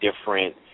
different